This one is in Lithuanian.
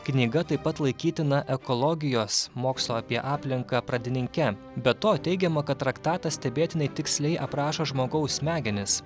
knyga taip pat laikytina ekologijos mokslo apie aplinką pradininke be to teigiama kad traktatas stebėtinai tiksliai aprašo žmogaus smegenis